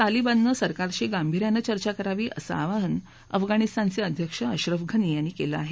तालिबाननं सरकारशी गांभिर्यान चर्चा करावी असं आवाहन अफगाणिस्तानचे अध्यक्ष अश्रफ घनी यांनी केलं आहे